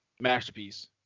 masterpiece